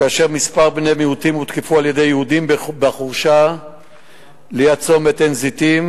כאשר כמה בני מיעוטים הותקפו על-ידי יהודים בחורשה ליד צומת עין-זיתים.